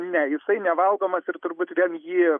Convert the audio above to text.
ne jisai nevalgomas ir turbūt vien jį